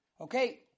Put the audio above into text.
Okay